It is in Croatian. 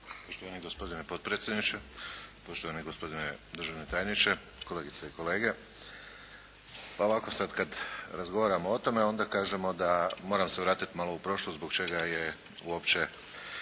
Poštovani gospodine potpredsjedniče, poštovani gospodine državni tajniče, kolegice i kolege. Pa ovako sad kad razgovaramo o tome onda kažemo da moram se vratiti malo u prošlost zbog čega je uopće